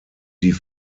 die